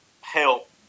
help